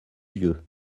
vieux